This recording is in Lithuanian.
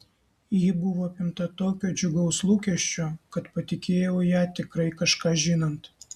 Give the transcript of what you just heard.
ji buvo apimta tokio džiugaus lūkesčio kad patikėjau ją tikrai kažką žinant